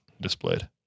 displayed